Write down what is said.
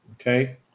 Okay